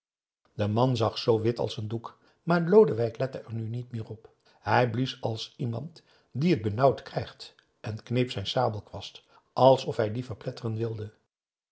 de man zag zoo wit als een doek maar lodewijk lette er nu niet meer op hij blies als iemand die het benauwd krijgt en kneep zijn sabelkwast alsof hij die verpletteren wilde